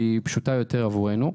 שהיא פשוטה יותר עבורנו,